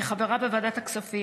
כחברה בוועדת הכספים,